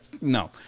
No